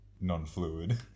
non-fluid